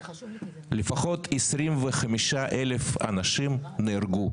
לפחות 25,000 אנשים נהרגו.